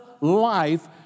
life